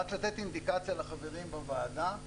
רק לתת אינדיקציה לחברים בוועדה.